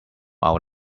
out